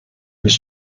was